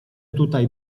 tutaj